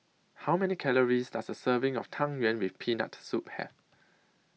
How Many Calories Does A Serving of Tang Yuen with Peanut Soup Have